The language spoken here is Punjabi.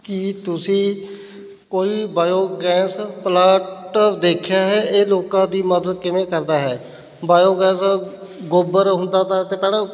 ਕੀ ਤੁਸੀਂ ਕੋਈ ਬਾਇਓਗੈਸ ਪਲਾਂਟ ਦੇਖਿਆ ਹੈ ਇਹ ਲੋਕਾਂ ਦੀ ਮਦਦ ਕਿਵੇਂ ਕਰਦਾ ਹੈ ਬਾਇਓਗੈਸ ਗੋਬਰ ਹੁੰਦਾ ਤਾ ਅਤੇ ਪਹਿਲਾਂ